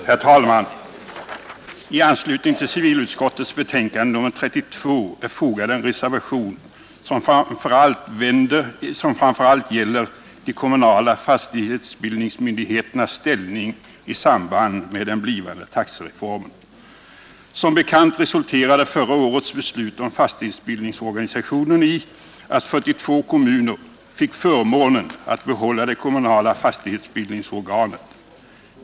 Herr talman! Till civilutskottets betänkande nr 32 är fogad en reservation som framför allt gäller de kommunala fastighetsbildningsmyndigheternas ställning i samband med den blivande taxereformen. Som bekant resulterade förra årets beslut om fastighetsbildningsorganisationen i att 42 kommuner fick förmånen att behålla de kommunala fastighetsbildningsorganen.